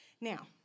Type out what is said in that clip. Now